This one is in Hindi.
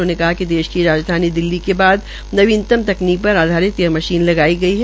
उन्होंने कहा कि देश की राजधानी दिल्ली के बाद नवीनतम तकनीक पर आधारित यह मशीन लगाई गई है